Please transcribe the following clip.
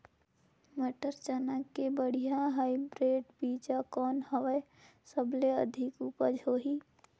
मटर, चना के बढ़िया हाईब्रिड बीजा कौन हवय? सबले अधिक उपज होही?